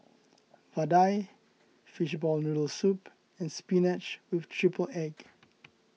Vadai Fishball Noodle Soup and Spinach with Triple Egg